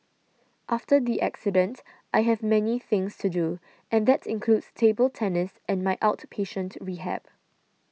after the accident I have many things to do and that includes table tennis and my outpatient rehab